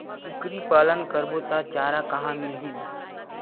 कुकरी पालन करबो त चारा कहां मिलही?